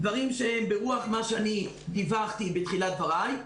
אלה דברים שהם ברוח מה שאני דיווחתי בתחילת דבריי.